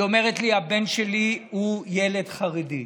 היא אומרת לי: הבן שלי הוא ילד חרדי.